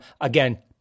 Again